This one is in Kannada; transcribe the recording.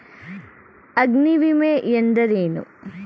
ಅಗ್ನಿವಿಮೆ ಎಂದರೇನು?